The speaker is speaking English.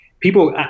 people